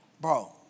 bro